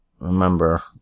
remember